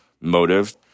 motive